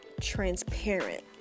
transparent